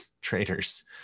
traders